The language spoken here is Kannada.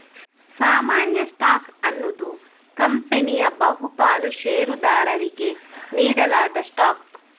ಸಾಮಾನ್ಯ ಸ್ಟಾಕ್ ಅನ್ನುದು ಕಂಪನಿಯ ಬಹು ಪಾಲು ಷೇರುದಾರರಿಗೆ ನೀಡಲಾದ ಸ್ಟಾಕ್